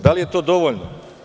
Da li je to dovoljno?